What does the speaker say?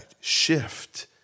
shift